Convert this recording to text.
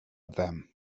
them